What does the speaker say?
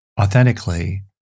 authentically